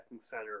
center